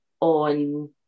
on